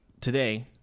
today